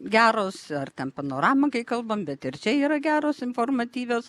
geros ar ten panorama kai kalbam bet ir čia yra geros informatyvios